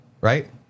right